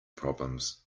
problems